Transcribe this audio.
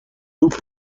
دور